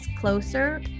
closer